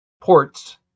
ports